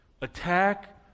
attack